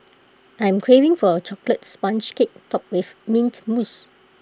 I am craving for A Chocolate Sponge Cake Topped with Mint Mousse